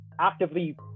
actively